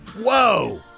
Whoa